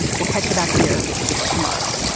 we'll catch you back here tomorrow